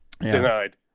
Denied